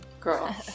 Girl